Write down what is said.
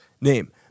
name